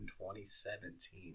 2017